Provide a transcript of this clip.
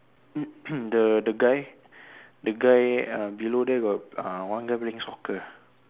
the the guy the guy err below there got uh one guy playing soccer ah